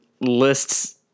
lists